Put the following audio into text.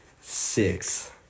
Six